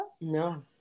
No